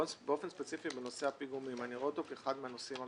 את נושא הפיגומים באופן ספציפי אני רואה כאחד הנושאים המרכזיים.